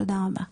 תודה רבה.